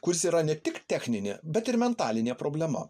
kuris yra ne tik techninė bet ir mentalinė problema